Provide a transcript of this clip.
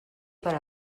per